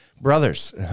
brothers